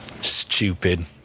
Stupid